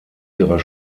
ihrer